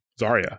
Zarya